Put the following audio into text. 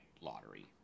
lottery